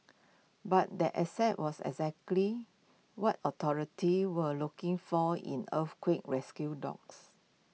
but the asset was exactly what authorities were looking for in earthquake rescue dogs